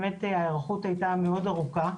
ההיערכות היתה מאוד ארוכה,